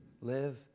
live